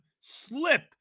slip